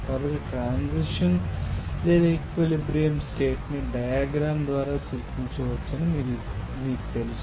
కాబట్టి ట్రాన్సిసిషన్ లేదా equilibrium state ని డయాగ్రమ్ ద్వారా సూచించవచ్చని మీకు తెలుసు